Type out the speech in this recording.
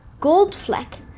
Goldfleck